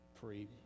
free